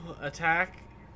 attack